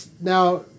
now